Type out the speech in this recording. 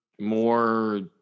more